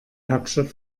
hauptstadt